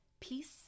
Peace